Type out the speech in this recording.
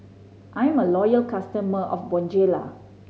I'm a loyal customer of Bonjela